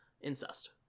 Incest